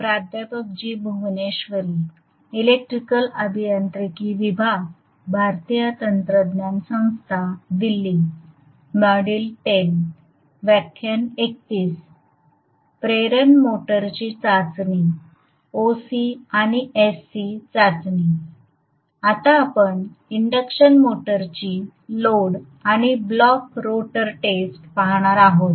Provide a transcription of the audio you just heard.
आपण आता इंडक्शन मोटरची लोड आणि ब्लॉक रोटर टेस्ट पाहणार आहोत